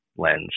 lens